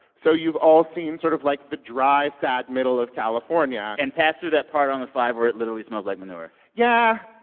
so you've all seen sort of, like, the dry, sad middle of california and passed through that part on the five where it literally smells like manure yeah,